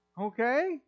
Okay